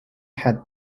had